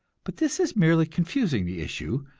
but this is merely confusing the issue.